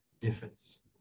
difference